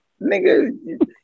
nigga